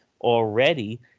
already